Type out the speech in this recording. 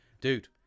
dude